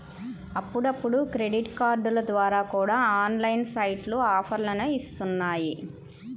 అప్పుడప్పుడు క్రెడిట్ కార్డుల ద్వారా కూడా ఆన్లైన్ సైట్లు ఆఫర్లని ఇత్తన్నాయి